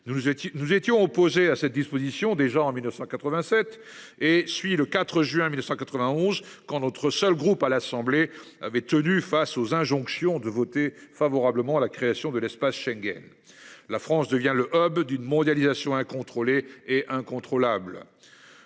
nous étions opposés à cette disposition. Déjà en 1987, et suit le 4 juin 1991 quand notre seul groupe à l'Assemblée avait tenu face aux injonctions de voter favorablement à la création de l'espace Schengen, la France devient le au bout d'une mondialisation incontrôlée et incontrôlable.